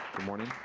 morning.